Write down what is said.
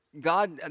God